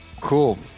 Cool